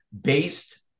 based